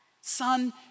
Son